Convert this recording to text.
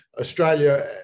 Australia